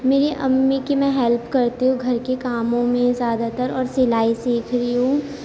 میری امی کی میں ہیلپ کرتی ہوں گھر کے کاموں میں زیادہ تر اور سلائی سیکھ رہی ہوں